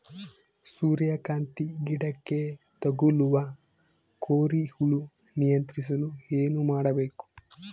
ಸೂರ್ಯಕಾಂತಿ ಗಿಡಕ್ಕೆ ತಗುಲುವ ಕೋರಿ ಹುಳು ನಿಯಂತ್ರಿಸಲು ಏನು ಮಾಡಬೇಕು?